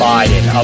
Biden